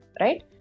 right